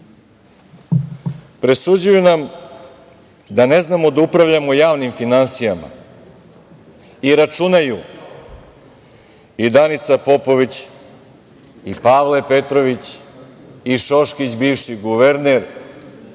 pitanju. Presuđuju nam da ne znamo da upravljamo javnim finansijama i računaju, i Danica Popović, Pavle Petrović i Šoškić bivši guverner